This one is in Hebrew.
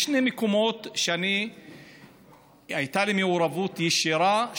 יש שני מקומות שבהם הייתה לי מעורבות ישירה,